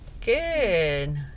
Good